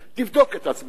תבדוק את עצמך,